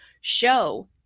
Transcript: show